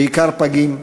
בעיקר פגים,